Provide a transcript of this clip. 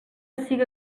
siga